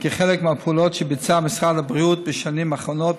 כחלק מהפעולות שביצע משרד הבריאות בשנים האחרונות